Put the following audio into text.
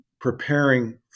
preparing